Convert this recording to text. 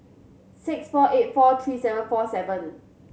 six four eight four three seven four seven